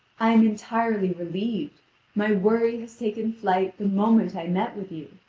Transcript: i am entirely relieved my worry has taken flight the moment i met with you.